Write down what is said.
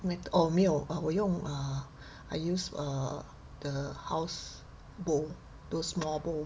meta~ orh 没有我用 err I use err the house bowl those small bowl